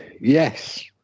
yes